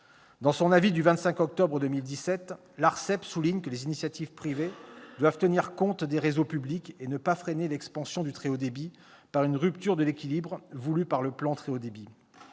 Dans son avis en date du 25 octobre 2017, l'ARCEP souligne que les initiatives privées doivent tenir compte des réseaux publics et ne pas freiner l'expansion du très haut débit par une rupture de l'équilibre voulu par le plan France très haut débit.